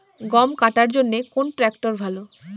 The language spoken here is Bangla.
গম কাটার জন্যে কোন ট্র্যাক্টর ভালো?